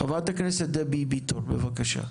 חברת הכנסת דבי ביטון בבקשה.